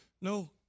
no